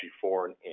foreign